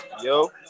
Yo